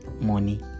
money